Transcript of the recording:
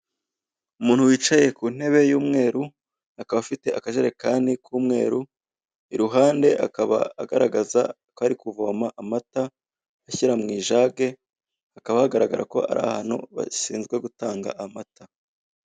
Umuntu wicaye ku ntebe y'umweru akaba afite akajerekani k'umweru, iruhande akaba agaragaza akari kuvoma amata ashyira mu ijage, hakaba hagaragara ko ari ahantu bashinzwe gutanga amata.